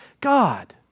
God